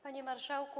Panie Marszałku!